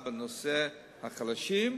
בנושא החלשים,